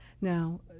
Now